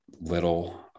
little